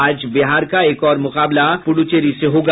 आज बिहार का एक और मुकाबला पुडुचेरी से होगा